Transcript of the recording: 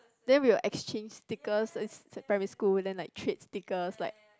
then we will exchange stickers it's primary school then like trade stickers like